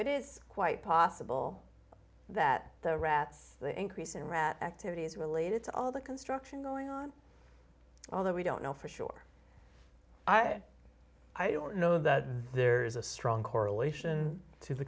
it is quite possible that the rats the increase in rat activities related to all the construction going on although we don't know for sure i say i don't know that there is a strong correlation to the